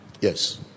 Yes